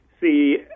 See